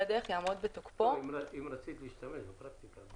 דרך יעמוד בתוקפו --- אם רצית להשתמש בפרקטיקה,